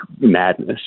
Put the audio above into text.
madness